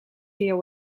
via